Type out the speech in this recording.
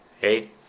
Hey